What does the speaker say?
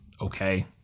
okay